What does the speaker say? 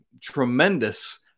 tremendous